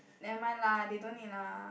nevermind lah they don't need lah